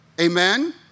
Amen